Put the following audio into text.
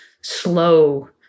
slow